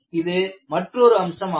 இது மற்றொரு அம்சம் ஆகும்